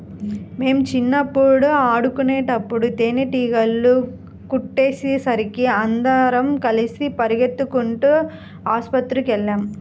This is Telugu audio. మేం చిన్నప్పుడు ఆడుకునేటప్పుడు తేనీగలు కుట్టేసరికి అందరం కలిసి పెరిగెత్తుకుంటూ ఆస్పత్రికెళ్ళాం